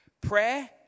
Prayer